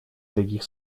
таких